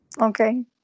Okay